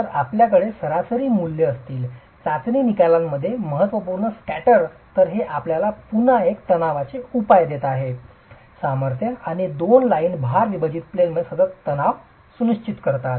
तर आपल्याकडे सरासरी मूल्ये असतील चाचणी निकालांमध्ये महत्त्वपूर्ण स्कॅटर तर हे आपल्याला पुन्हा तणावाचे एक उपाय देत आहे सामर्थ्य आणि दोन लाइन भार विभाजित प्लेन मध्ये सतत तणाव सुनिश्चित करतात